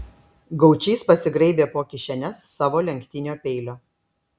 gaučys pasigraibė po kišenes savo lenktinio peilio